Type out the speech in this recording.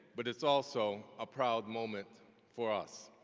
but it's also a proud moment for us.